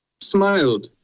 smiled